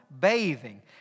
bathing